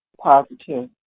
Positive